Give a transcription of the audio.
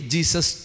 Jesus